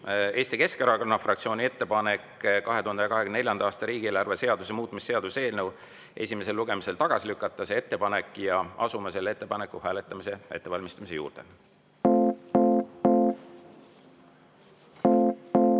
Eesti Keskerakonna fraktsiooni ettepanek 2024. aasta riigieelarve seaduse muutmise seaduse eelnõu esimesel lugemisel tagasi lükata. Asume selle ettepaneku hääletamise ettevalmistamise juurde.